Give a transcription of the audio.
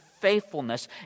faithfulness